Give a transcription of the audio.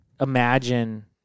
imagine